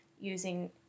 using